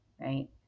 Right